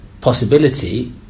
possibility